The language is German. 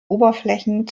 oberflächen